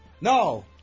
No